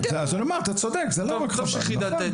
אתה צודק, זה לא רק חב"ד.